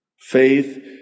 Faith